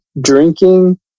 drinking